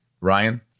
Ryan